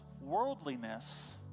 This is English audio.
worldliness